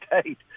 State